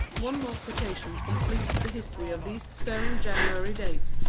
one more quotation completes the history of these stirring january days,